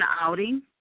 outing